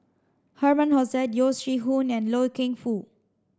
Herman Hochstadt Yeo Shih Yun and Loy Keng Foo